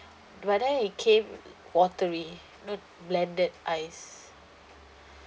but then it came watery not blended ice